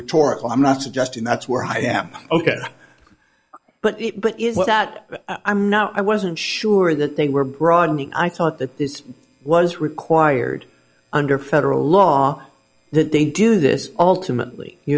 rhetorical i'm not suggesting that's where i am ok but it but isn't that i'm not i wasn't sure that they were broadening i thought that this was required under federal law that they do this all timidly you